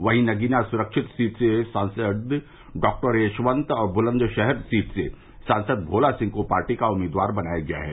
वहीं नगीना सुरक्षित सीट से सांसद डॉक्टर यशवंत और बुलन्दशहर सीट से सांसद भोला सिंह को पार्टी का उम्मीदवार बनाया गया है